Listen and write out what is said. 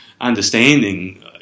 understanding